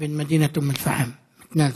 איבן מדינת אום אל-פחם, מתנאזל.